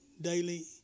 daily